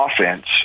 offense